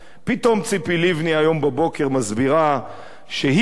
פתאום ציפי לבני היום בבוקר מסבירה שהיא זאת